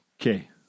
Okay